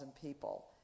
people